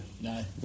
no